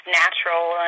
natural